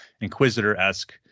inquisitor-esque